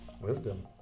Wisdom